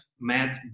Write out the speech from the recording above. Matt